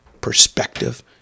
perspective